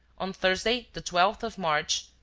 on thursday, the twelfth of march,